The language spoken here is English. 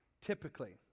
typically